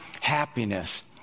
happiness